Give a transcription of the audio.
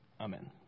Amen